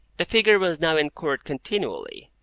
the figure was now in court continually,